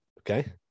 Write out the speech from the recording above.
Okay